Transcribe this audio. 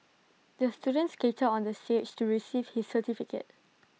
the student skated onto the stage to receive his certificate